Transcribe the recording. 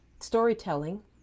storytelling